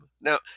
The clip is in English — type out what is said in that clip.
Now